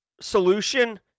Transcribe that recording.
solution